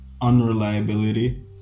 Unreliability